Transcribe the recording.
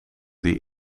die